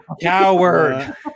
coward